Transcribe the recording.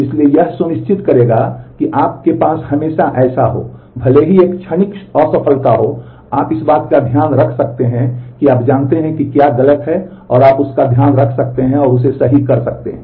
इसलिए यह सुनिश्चित करेगा कि आपके पास हमेशा ऐसा हो भले ही एक क्षणिक असफलता हो आप इस बात का ध्यान रख सकते हैं कि आप जानते हैं कि क्या गलत है और आप उसका ध्यान रख सकते हैं और उसे सही कर सकते हैं